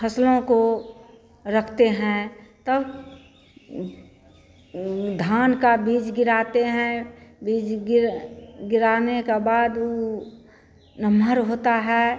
फसलों को रखते हैं तब धान का बीज गिराते हैं बीज गिरा गिराने के बाद ऊ नम्हर होता है